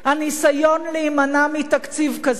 הניסיון להימנע מתקציב כזה,